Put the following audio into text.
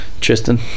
Tristan